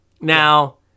Now